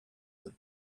that